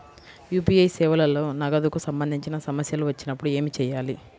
UPI సేవలలో నగదుకు సంబంధించిన సమస్యలు వచ్చినప్పుడు ఏమి చేయాలి?